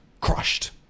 crushed